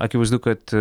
akivaizdu kad